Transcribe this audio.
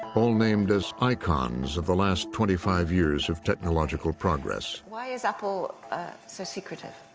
all named as icons of the last twenty five years of technological progress. why is apple so secretive?